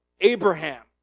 Abraham